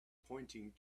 pointing